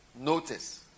Notice